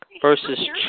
versus